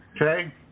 okay